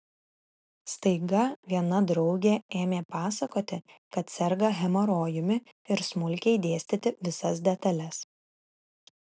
staiga viena draugė ėmė pasakoti kad serga hemorojumi ir smulkiai dėstyti visas detales